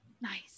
Nice